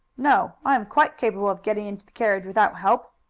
no i am quite capable of getting into the carriage without help.